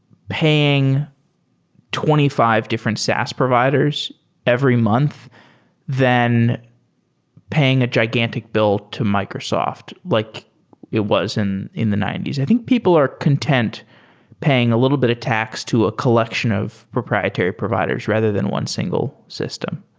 paying twenty five different saas providers every month than paying a gigantic build to microsoft like it was in in the ninety s. i think people are content paying a little bit of tax to a collection of proprietary providers rather than one single system.